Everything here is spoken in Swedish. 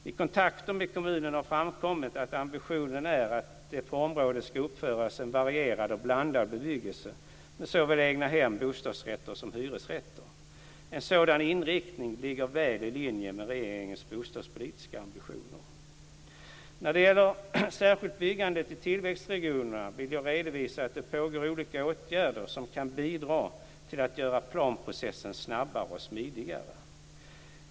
Vid kontakter med kommunen har framkommit att ambitionen är att det på området ska uppföras en varierad och blandad bebyggelse med såväl egnahem, bostadsrätter som hyresrätter. En sådan inriktning ligger väl i linje med regeringens bostadspolitiska ambitioner. När det särskilt gäller byggandet i tillväxtregionerna vill jag redovisa att det pågår olika åtgärder som kan bidra till att göra planprocessen snabbare och smidigare.